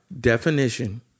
definition